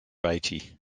eighty